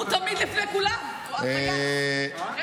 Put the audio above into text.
הוא תמיד לפני כולם, כי הוא היה טייס.